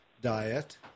Diet